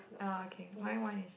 oh okay one one is